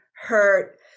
hurt